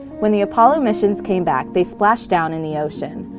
when the apollo missions came back, they splashed down in the ocean,